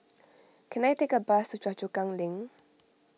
can I take a bus to Choa Chu Kang Link